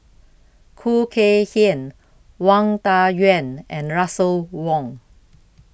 Khoo Kay Hian Wang Dayuan and Russel Wong